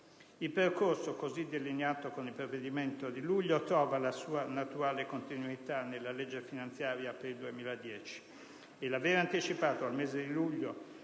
Il percorso così delineato con il provvedimento di luglio trova la sua naturale continuità nella legge finanziaria per il 2010 e l'aver anticipato al mese di luglio